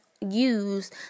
use